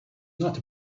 not